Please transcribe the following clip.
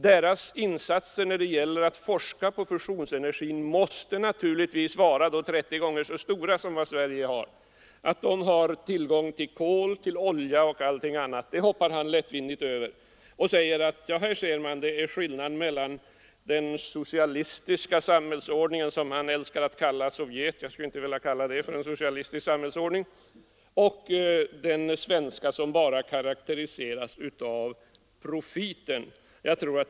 Dess insats för forskning inom fusionsenergiområdet måste bli 30 gånger så stor som Sveriges. Att Sovjetunionen har mera av kol, olja och andra energitillgångar hoppar herr Jörn Svensson lättvindigt över och säger: Här ser man! Detta är skillnaden mellan en socialistisk sam hällsordning, som han menar att Sovjetunionen har — jag skulle inte vilja kalla den socialistisk — och den svenska som bara karakteriseras av profiten.